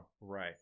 Right